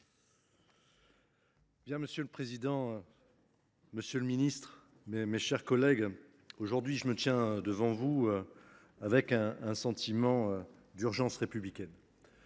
Monsieur le président, monsieur le ministre, mes chers collègues, je me tiens devant vous en éprouvant un sentiment d’urgence républicaine.